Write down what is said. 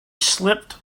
slipped